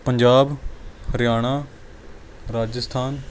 Punjab Haryana Rajasthan